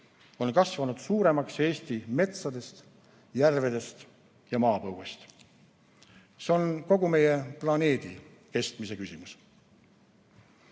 on kasvanud suuremaks Eesti metsadest, järvedest ja maapõuest. See on kogu meie planeedi kestmise küsimus.